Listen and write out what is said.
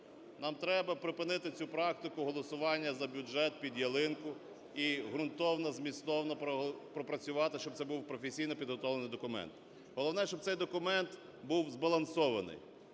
Нам треба припинити цю практику, голосування за бюджет "під ялинку", і ґрунтовно, змістовно пропрацювати, щоб це був професійно підготовлений документ. Головне, щоб цей документ був збалансований,